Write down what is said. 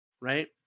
right